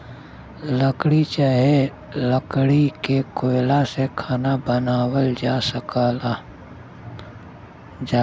लकड़ी चाहे लकड़ी के कोयला से खाना बनावल जा सकल जाला